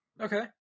Okay